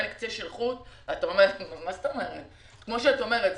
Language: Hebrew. כמו שאת אומרת,